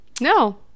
No